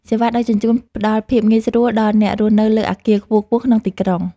សេវាដឹកជញ្ជូន ផ្ដល់ភាពងាយស្រួលដល់អ្នករស់នៅលើអគារខ្ពស់ៗក្នុងទីក្រុង។